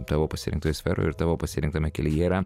tavo pasirinktoje sferoje ir tavo pasirinktame kelyje yra